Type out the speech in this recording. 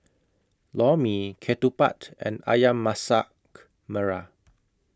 Lor Mee Ketupat and Ayam Masak Merah